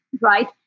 right